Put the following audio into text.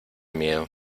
miedo